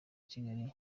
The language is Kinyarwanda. kigali